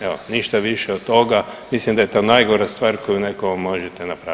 Evo ništa više od toga, mislim da je to najgora stvar koju nekom možete napraviti.